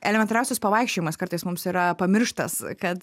elementariausias pavaikščiojimas kartais mums yra pamirštas kad